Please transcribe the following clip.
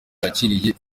yakiriye